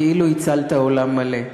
כאילו הצלת עולם מלא.